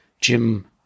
Jim